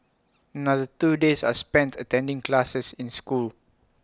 another two days are spent attending classes in school